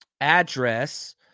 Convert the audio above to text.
address